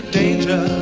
danger